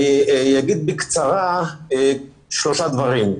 אני אומר בקצרה שלושה דברים.